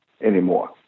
anymore